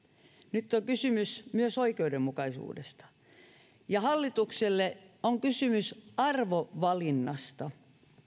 nyt on kysymys myös oikeudenmukaisuudesta ja hallitukselle on kysymys arvovalinnasta